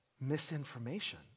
misinformation